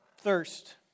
thirst